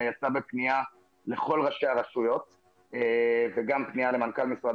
יצאנו בפנייה לכל ראשי הרשויות וגם בפנייה למנכ"ל משרד